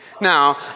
Now